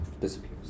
disappears